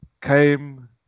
came